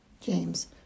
James